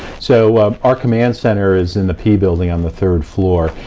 so our command center is in the p-building, on the third floor.